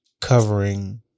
covering